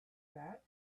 that